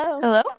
Hello